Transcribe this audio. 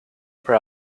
per